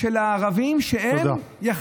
של הערבים, תודה.